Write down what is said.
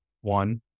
One